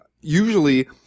Usually